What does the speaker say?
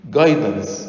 guidance